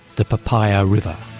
the papaya river.